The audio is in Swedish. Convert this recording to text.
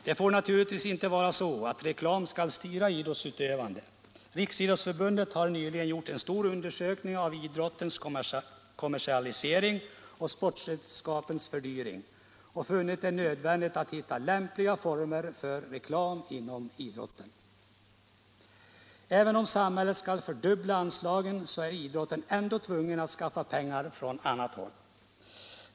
Det får naturligtvis inte vara så att reklam skall styra idrottsutövandet. Riksidrottsförbundet har nyligen gjort en stor undersökning om idrottens kommersialisering och sportredskapens fördyring och funnit det nödvändigt att hitta lämpliga former för reklam inom idrotten. Även om samhället skulle fördubbla anslagen är idrotten ändå tvungen att skaffa pengar från annat håll.